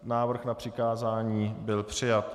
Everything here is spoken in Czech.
Návrh na přikázání byl přijat.